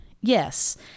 Yes